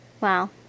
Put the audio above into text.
Wow